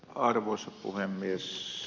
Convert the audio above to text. arvoisa puhemies